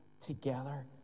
together